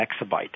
exabyte